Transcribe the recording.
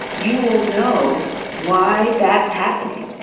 you will know why that's happening.